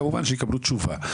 כמובן שהם יקבלו תשובה.